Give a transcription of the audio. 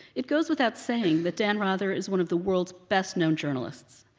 it goes without saying that dan rather is one of the world's best known journalists.